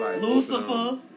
Lucifer